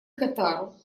катару